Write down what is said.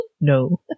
no